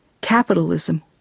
capitalism